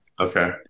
Okay